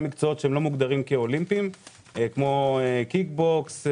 מקצועות שלא מוגדרים כאולימפיים כמו קיק בוקס,